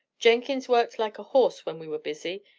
jenkins worked like a horse when we were busy.